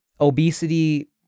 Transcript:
obesity